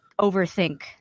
overthink